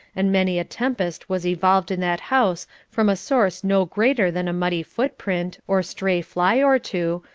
and many a tempest was evolved in that house from a source no greater than a muddy foot-print, or stray fly or two,